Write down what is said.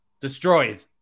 destroyed